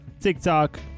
tiktok